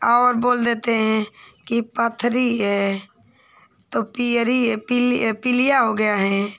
और बोल देते हें कि पथरी है तो पियरी पिल पीलिया हो गया है